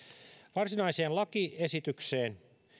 varsinaiseen lakiesitykseen